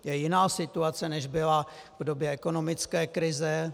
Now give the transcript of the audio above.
Je jiná situace, než byla v době ekonomické krize.